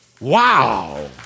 Wow